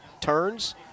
Turns